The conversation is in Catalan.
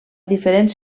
diferents